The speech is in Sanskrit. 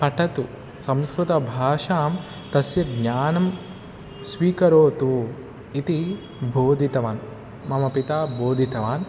पठतु संस्कृतभाषां तस्य ज्ञानं स्वीकरोतु इति बोधितवान् मम पिता बोधितवान्